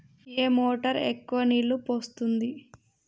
ఏ motor ఎక్కువ నీళ్లు పోస్తుంది?